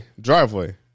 driveway